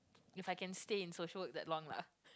if I can stay in social work that long lah